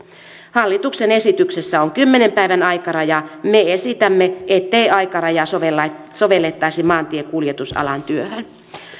hallituksen esityksessä on kymmenen päivän aikaraja me esitämme ettei aikarajaa sovellettaisi sovellettaisi maantiekuljetusalan työhön